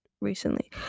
recently